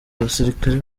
abasirikare